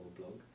blog